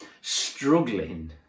struggling